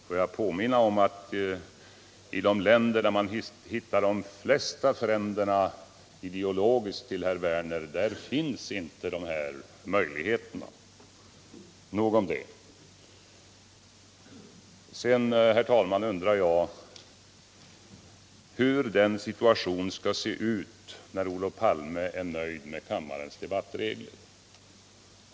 Får jag påminna om att i de länder där man hittar de flesta fränderna ideologiskt sett till herr Werner finns inte de möjligheterna. — Nog om det. Sedan, herr talman, undrar jag hur den situation skall se ut då Olof. Palme blir nöjd med kammarens debattregler.